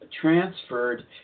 transferred